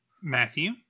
Matthew